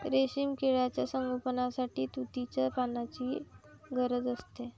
रेशीम किड्यांच्या संगोपनासाठी तुतीच्या पानांची गरज असते